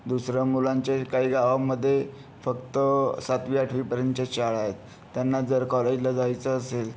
दुसरं मुलांचे काही गावांमध्ये फक्त सातवी आठवी पर्यंतच्याच शाळा आहेत त्यांना जर कॉलेजला जायचं असेल